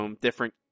different